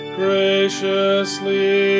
graciously